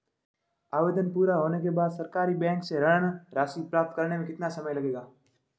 आवेदन पूरा होने के बाद सरकारी बैंक से ऋण राशि प्राप्त करने में कितना समय लगेगा?